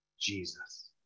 Jesus